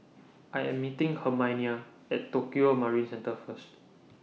I Am meeting Herminia At Tokio Marine Centre First